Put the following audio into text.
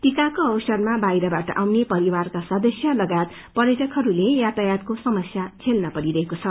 टीकाको अवसरमा बाहिरबाट आउने परिवारका सदस्य लगायत पर्यटकहरूले यातायातको समस्या झेल्न परि रहेको छ